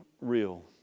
real